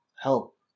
help